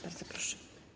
Bardzo proszę.